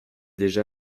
déjà